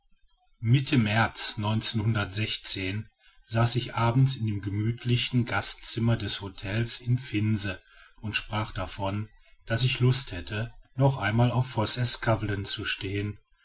mitte märz saß ich abends in dem gemütlichen gastzimmer des hotels in finse und sprach davon daß ich lust hätte noch einmal auf vosseskavlen zu stehen